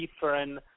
different